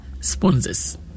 sponsors